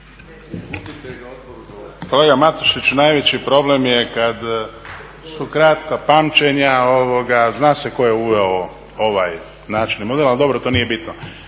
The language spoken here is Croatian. Kolega Matušiću, najveći problem je kad su kratka pamćenja, zna se ko je uveo ovaj način i model, ali dobro to nije bitno.